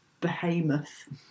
behemoth